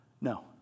No